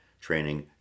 training